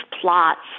plots